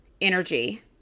energy